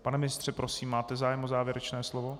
Pane ministře, prosím, máte zájem o závěrečné slovo?